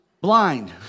blind